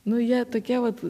nu jie tokie vat